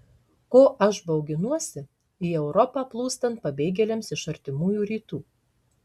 ko aš bauginuosi į europą plūstant pabėgėliams iš artimųjų rytų